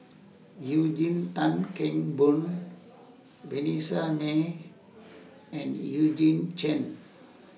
Eugene Tan Kheng Boon Vanessa Mae and Eugene Chen